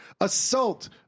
Assault